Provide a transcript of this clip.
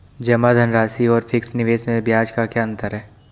जमा धनराशि और फिक्स निवेश में ब्याज का क्या अंतर है?